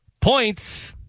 Points